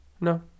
No